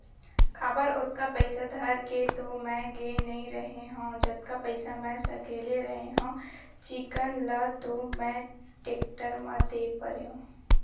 काबर ओतका पइसा धर के तो मैय गे नइ रेहे हव जतका पइसा मै सकले रेहे हव चिक्कन ल तो मैय टेक्टर म दे परेंव